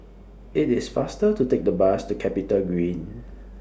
IT IS faster to Take The Bus to Capitagreen